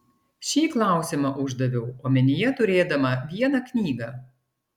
šį klausimą uždaviau omenyje turėdama vieną knygą